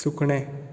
सुकणें